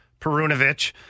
Perunovic